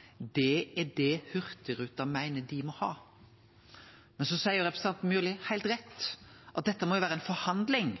fram, er det Hurtigruten meiner dei må ha. Men så seier representanten Myrli heilt rett at dette må vere ei forhandling,